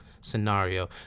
scenario